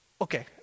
Okay